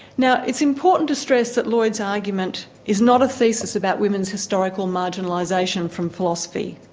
now it's important to stress that lloyd's argument is not a thesis about women's historical marginalisation from philosophy.